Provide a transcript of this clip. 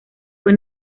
fue